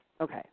Okay